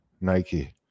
Nike